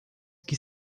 que